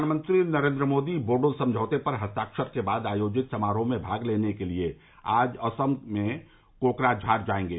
प्रधानमंत्री नरेन्द्र मोदी बोडो समझौते पर हस्ताक्षर के बाद आयोजित समारोह में भाग लेने के लिए आज असम में कोकराझार जाएंगे